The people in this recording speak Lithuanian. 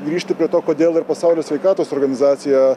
grįžti prie to kodėl ir pasaulio sveikatos organizacija